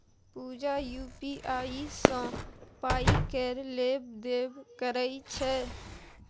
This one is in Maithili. पुजा यु.पी.आइ सँ पाइ केर लेब देब करय छै